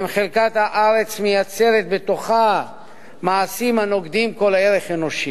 אם חלקת הארץ מייצרת בתוכה מעשים הנוגדים כל ערך אנושי?